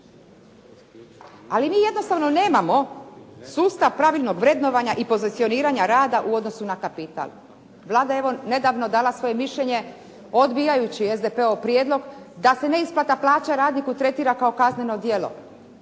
Ali mi jednostavno nemamo sustav pravilnog vrednovanja i pozicioniranja rada u odnosu na kapital. Vlada je evo nedavno dala svoje mišljenje odbijajući SDP-ov prijedlog da se neisplata plaća radniku tretira kao kazneno djelo.